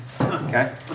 Okay